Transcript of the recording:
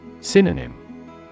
Synonym